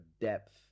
depth